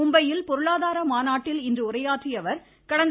மும்பையில் பொரளாதார மாநாட்டில் இன்று உரையாற்றியஅவர் கடந்த